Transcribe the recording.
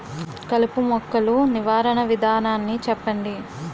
కలుపు మొక్కలు నివారణ విధానాన్ని చెప్పండి?